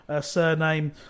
surname